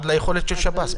עד היכולת של שב"ס.